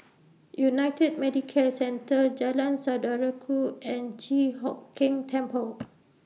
United Medicare Centre Jalan Saudara Ku and Chi Hock Keng Temple